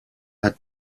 hat